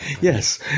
Yes